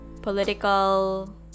Political